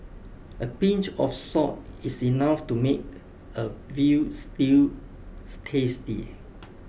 a pinch of salt is enough to make a veal stew tasty